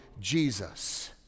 Jesus